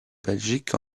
belgique